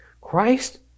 Christ